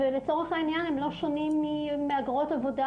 ולצורך העניין הם לא שונים ממהגרות עבודה